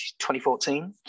2014